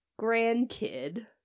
grandkid